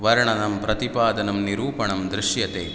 वर्णनं प्रतिपादनं निरूपणं दृश्यते